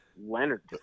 Leonard